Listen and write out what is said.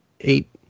eight